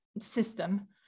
system